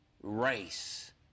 race